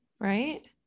right